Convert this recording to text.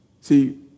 See